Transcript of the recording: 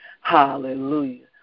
Hallelujah